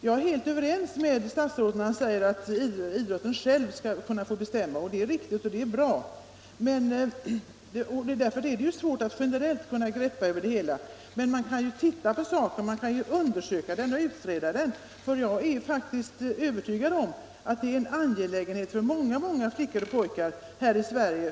Jag är helt överens med statsrådet när han säger att idrotten själv skall kunna bestämma. Det är riktigt och bra. Det är svårt att från statens sida generellt kunna greppa det hela. Men man kan ju vara positiv, man kan undersöka saken och utreda den. Jag är övertygad om att detta är en angelägenhet som rör många flickor och pojkar här i Sverige.